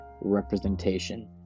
representation